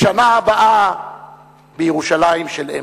לשנה הבאה בירושלים של אמצע.